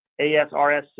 ASRS